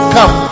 Come